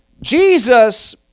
Jesus